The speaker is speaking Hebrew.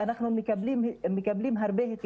אנחנו מתייעצים הרבה,